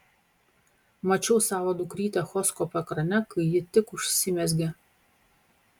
mačiau savo dukrytę echoskopo ekrane kai ji tik užsimezgė